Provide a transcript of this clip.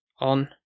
on